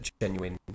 genuine